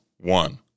One